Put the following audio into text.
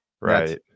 Right